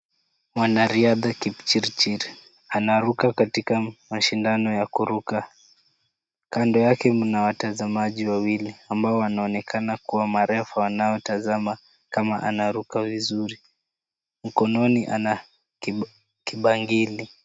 Mwanariadha Kipchirchir anaruka katika mashindano ya kuruka. Kando yake mna watazamaji wawili ambao wanaonekana kuwa marefa wanaotazama kama anaruka vizuri. Mkononi ana kibangili.